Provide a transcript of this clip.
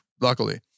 luckily